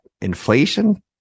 inflation